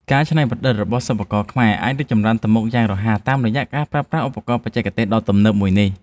ការច្នៃប្រឌិតរបស់សិប្បករខ្មែរអាចរីកចម្រើនទៅមុខយ៉ាងរហ័សតាមរយៈការប្រើប្រាស់ឧបករណ៍បច្ចេកទេសដ៏ទំនើបមួយនេះ។